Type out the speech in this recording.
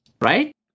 Right